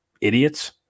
idiots